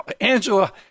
Angela